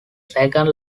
second